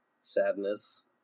Sadness